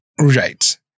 right